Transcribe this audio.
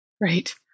right